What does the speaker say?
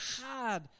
hard